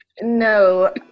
No